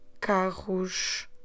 carros